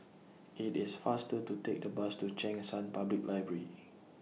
IT IS faster to Take The Bus to Cheng San Public Library